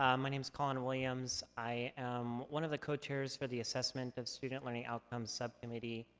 um my name's colin williams. i am one of the co-chairs for the assessment of student learning outcomes subcommittee,